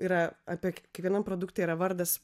yra apie kiekvieną produktą yra vardas